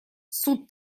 суд